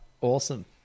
Awesome